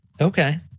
Okay